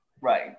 right